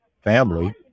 family